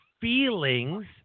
feelings